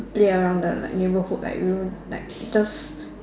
play around the like neighbourhood like we will like just